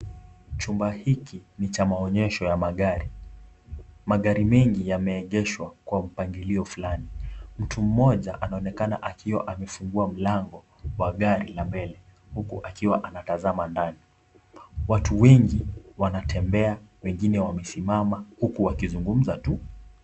Chumba hiki ni cha maonyesho ya magari. Magari mengi yameegeshwa kwa mpangilio fulani. Mtu mmoja anaonekana akiwa anafungua mlango kwa gari la mbele huku akiwa anatazama ndani. Watu wengi wanatembea, wengine wakisimama huku wakizungumza tu.